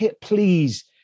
please